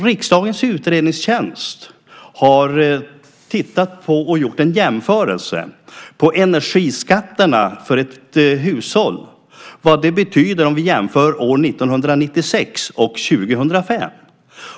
Riksdagens utredningstjänst har tittat på och gjort en jämförelse av vad energiskatterna betyder för ett hushåll om vi jämför år 1996 och 2005.